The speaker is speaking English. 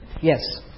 Yes